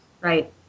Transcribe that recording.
Right